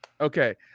Okay